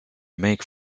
make